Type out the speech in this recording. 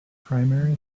primary